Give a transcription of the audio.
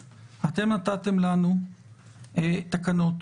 זה לא שעברנו מחדש על כל התנאים והעניינים.